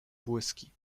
błyski